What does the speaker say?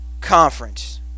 Conference